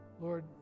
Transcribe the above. Lord